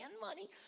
money